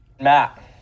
Matt